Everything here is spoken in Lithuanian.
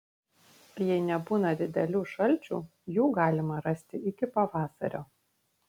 jei nebūna didelių šalčių jų galima rasti iki pavasario